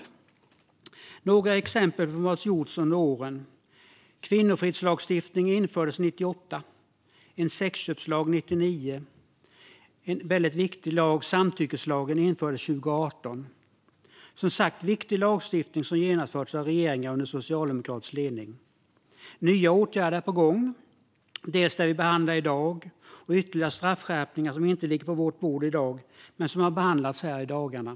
Jag ska ta några exempel på vad som gjorts under åren: Kvinnofridslagstiftning infördes 1998 och en sexköpslag 1999. En väldigt viktig lag, samtyckeslagen, infördes 2018. Detta är som sagt viktig lagstiftning som genomförts av regeringar under socialdemokratisk ledning. Nya åtgärder är på gång: dels det vi behandlar i dag, dels ytterligare straffskärpningar som inte ligger på vårt bord i dag men som har behandlats här i dagarna.